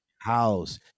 house